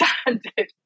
standard